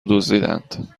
دزدیدند